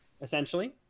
essentially